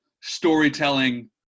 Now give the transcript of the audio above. storytelling